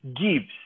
gives